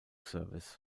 service